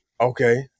Okay